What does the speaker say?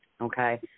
Okay